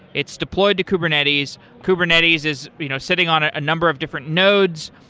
it's deployed to kubernetes. kubernetes is you know sitting on a number of different nodes.